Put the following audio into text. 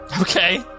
Okay